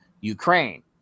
Ukraine